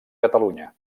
catalunya